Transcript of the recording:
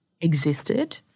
existed